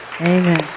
amen